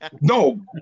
No